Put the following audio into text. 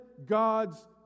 God's